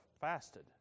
fasted